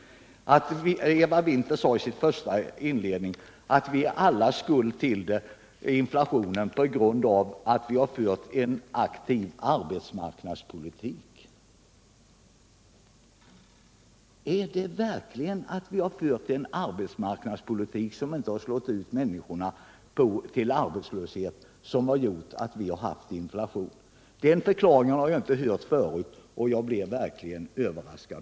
Eva Winther sade i sitt första inlägg att vi alla är skuld till inflationen på grund av att vi fört en aktiv arbetsmarknadspolitik. Är det verkligen för att vi har fört en arbetsmarknadspolitik, som inte har slagit ut människorna till arbetslöshet, som har gjort att vi fått inflation? Den förklaringen har jag inte hört förut, och jag blev verkligen överraskad.